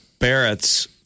Barrett's